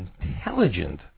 intelligent